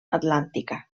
atlàntica